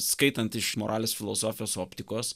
skaitant iš moralės filosofijos optikos